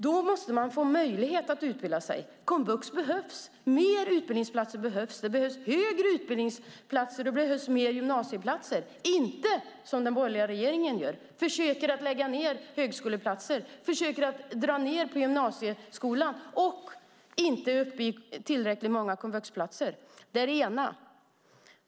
Då måste de få möjlighet att utbilda sig. Komvux behövs. Det behövs fler utbildningsplatser. Det behövs platser i den högre utbildningen och mer gymnasieplatser. Man kan inte göra som den borgerliga regeringen gör, försöka att lägga ned högskoleplatser, dra ned på gymnasieskolan och inte ha tillräckligt många komvuxplatser. Det är det ena.